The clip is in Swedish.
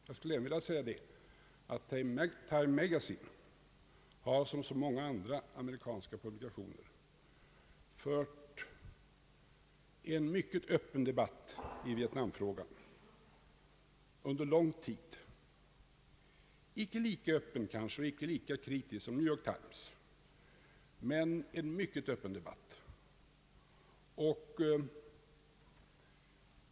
Jag skulle även vilja säga, att Time Magazine har som så många andra amerikanska publikationer fört en mycket öppen debatt i vietnamfrågan under lång tid — icke lika öppen kanske och icke lika kritisk som New York Times, men en mycket öppen debatt.